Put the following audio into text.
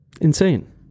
Insane